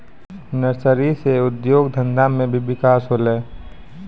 nursery से उद्योग धंधा मे भी बिकास होलै